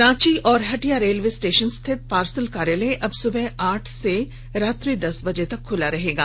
रांची और Hatia railway station स्थित parcel कार्यालय अब सुबह आठ से रात्रि के दस बजे तक खुला रहेगा